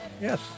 Yes